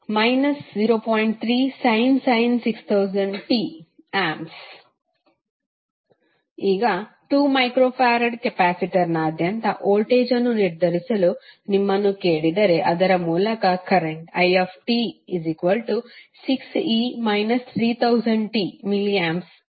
3sin 6000t A ಈಗ 2μF ಕೆಪಾಸಿಟರ್ನಾದ್ಯಂತ voltage ಅನ್ನು ನಿರ್ಧರಿಸಲು ನಿಮ್ಮನ್ನು ಕೇಳಿದರೆ ಅದರ ಮೂಲಕ ಕರೆಂಟ್ ಅದು it6e 3000tmA ಆಗಿದ್ದರೆ